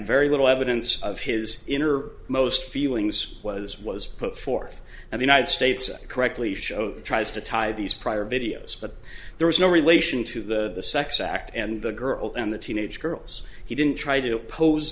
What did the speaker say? very little evidence of his inner most feelings was was put forth and the united states correctly showed tries to tie these prior videos but there was no relation to the sex act and the girl and the teenage girls he didn't try to impose